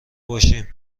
باشیم